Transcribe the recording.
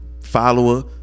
Follower